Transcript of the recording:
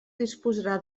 disposarà